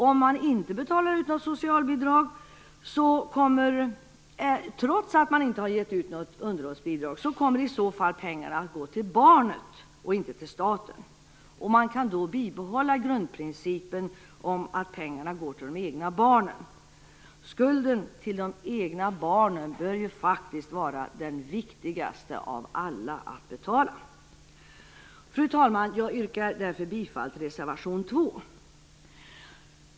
Om socialbidrag inte betalas ut, trots att underhållsbidrag inte utgetts, kommer pengarna att gå till barnet och inte till staten. Vi kan då behålla grundprincipen att pengarna går till de egna barnen. Skulden till de egna barnen bör vara den viktigaste av alla att betala. Fru talman! Jag yrkar därför bifall till reservation nr 2.